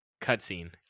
Cutscene